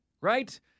right